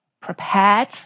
prepared